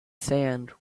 sand